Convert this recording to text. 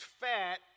fat